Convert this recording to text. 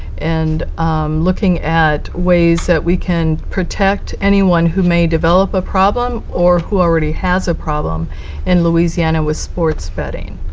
and look at ways that we can protect anyone who may develop a problem or who already has a problem in louisiana with sports betting.